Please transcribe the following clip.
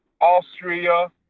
Austria